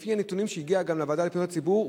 לפי הנתונים שהגיעו גם לוועדה לפניות הציבור,